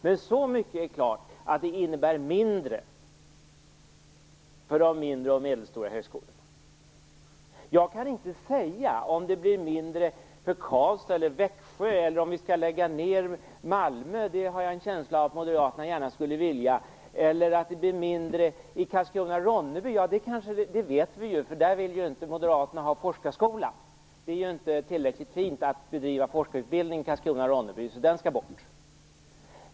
Men så mycket är klart: Det innebär mindre resurser för de mindre och medelstora högskolorna. Jag kan inte säga om det blir mindre för Karlstad eller Växjö eller om Malmö skall läggas ned - jag har en känsla av att Moderaterna gärna skulle vilja det. Blir det mindre för Karlskrona-Ronneby? Ja, det vet vi. Moderaterna vill inte ha någon forskarskola där eftersom det inte är tillräckligt fint att bedriva forskarutbildning i Karlskrona-Ronneby. Den skall alltså bort.